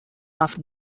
off